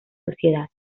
sociedad